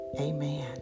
Amen